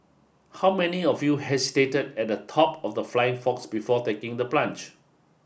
how many of you hesitated at the top of the flying fox before taking the plunge